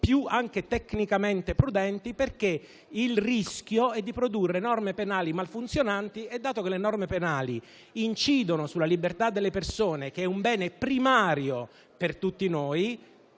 più tecnicamente prudenti, perché il rischio è di produrre norme penali mal funzionanti e dato che le norme penali incidono sulla libertà delle persone (tema che a volte passa un